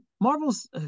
Marvel's